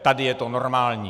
Tady je to normální.